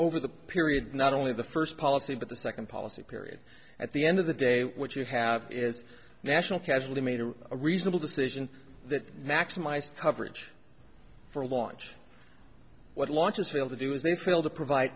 over the period not only the first policy but the second policy period at the end of the day what you have is national casually made a reasonable decision that maximized coverage for launch what launches fail to do is they failed to provide